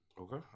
Okay